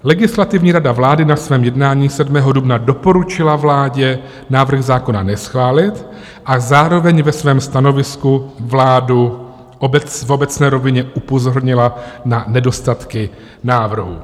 Legislativní rada vlády na svém jednání 7. dubna doporučila vládě návrh zákona neschválit a zároveň ve svém stanovisku vládu v obecné rovině upozornila na nedostatky návrhu.